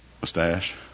mustache